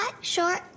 short